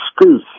Screw